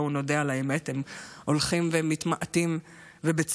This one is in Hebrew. בואו נודה על האמת, הם הולכים ומתמעטים, ובצדק.